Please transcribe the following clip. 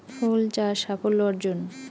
ফুল চাষ সাফল্য অর্জন?